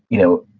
you know,